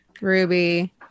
Ruby